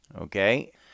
Okay